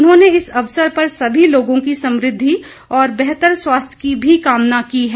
उन्होंने इस अवसर पर सभी लोगों की समृद्धि और बेहतर स्वास्थ्य की भी कामना की है